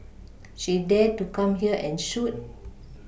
she dare to come here and shoot